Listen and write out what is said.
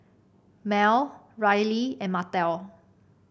Merl Ryley and Martell